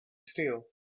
still